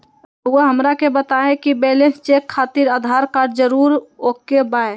रउआ हमरा के बताए कि बैलेंस चेक खातिर आधार कार्ड जरूर ओके बाय?